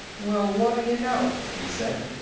well, what do you know! he said.